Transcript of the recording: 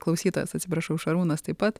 klausytojas atsiprašau šarūnas taip pat